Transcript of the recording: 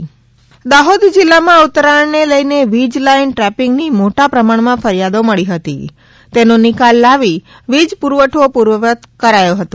વીજ ટ્રેપીંગ દાહોદ દાહોદ જીલ્લામાં ઉત્તરાયણને લઇને વીજ લાઇન ટ્રેપીંગની મોટા પ્રમાણમાં ફરિયાદો મળી હતી તેનો નિકાલ લાવી વીજ પુરવઠો પૂર્વવત કરાયો હતો